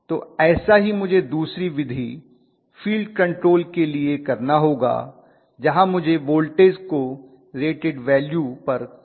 तो ऐसा ही मुझे दूसरी विधि फील्ड कंट्रोल के लिए करना होगा जहां मुझे वोल्टेज को रेटेड वैल्यू पर कान्स्टन्ट रखना होगा